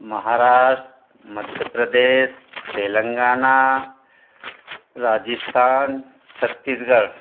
Maharashtra Madhya Pradesh Telangana Rajasthan Chhattisgarh